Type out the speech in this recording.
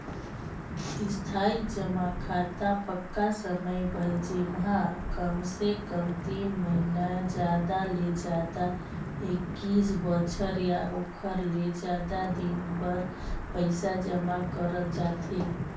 इस्थाई जमा खाता पक्का समय बर जेम्हा कमसे कम तीन महिना जादा ले जादा एक्कीस बछर या ओखर ले जादा दिन बर पइसा जमा करल जाथे